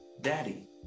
daddy